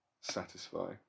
satisfy